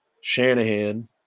Shanahan